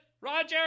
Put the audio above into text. Roger